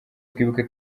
twibuke